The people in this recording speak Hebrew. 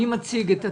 מי מציג את התקנות?